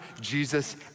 Jesus